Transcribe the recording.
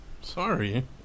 sorry